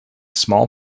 small